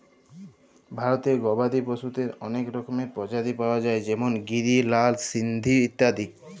ভারতে গবাদি পশুদের অলেক রকমের প্রজাতি পায়া যায় যেমল গিরি, লাল সিন্ধি ইত্যাদি